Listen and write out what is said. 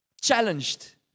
challenged